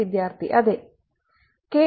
വിദ്യാർത്ഥി അതെ